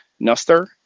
Nuster